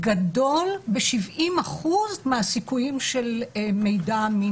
גדול ב-70% מהסיכויים של מידע אמין,